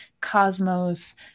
cosmos